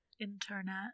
Internet